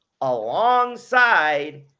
alongside